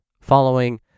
following